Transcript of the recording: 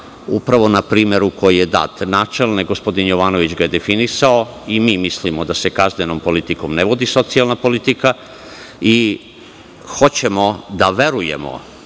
upravo na primeru koji je dat. Načelno, gospodin Jovanović ga je definisano i mi mislimo da se kaznenom politikom ne vodi socijalna politika. Hoćemo da verujemo